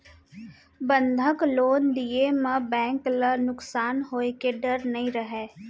बंधक लोन दिये म बेंक ल नुकसान होए के डर नई रहय